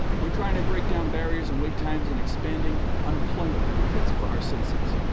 we're trying to break down barriers and wait times in expanding unemployment benefits for our citizens.